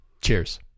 Cheers